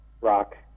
rock